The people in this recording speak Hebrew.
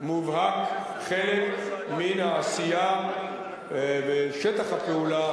חלק מן העשייה ושטח הפעולה,